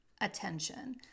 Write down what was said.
attention